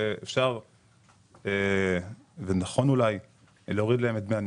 שאפשר ונכון אולי להוריד להם את דמי הניהול.